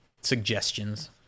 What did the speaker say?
suggestions